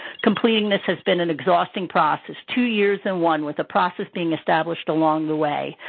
completing this has been an exhausting process two years in one, with the process being established along the way.